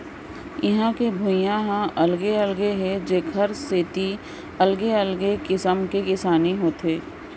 इहां के भुइंया ह अलगे अलगे हे जेखर सेती अलगे अलगे किसम के किसानी होथे